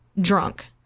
drunk